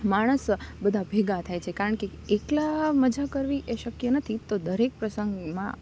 માણસ બધાં ભેગાં થાય છે કારણકે એકલા મજા કરવી એ શક્ય નથી તો દરેક પ્રસંગમાં